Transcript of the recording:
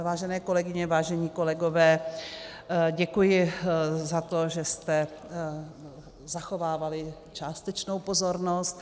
Vážené kolegyně, vážení kolegové, děkuji za to, že jste zachovávali částečnou pozornost.